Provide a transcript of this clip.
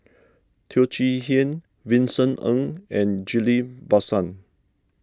Teo Chee Hean Vincent Ng and Ghillie Basan